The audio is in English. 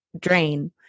drain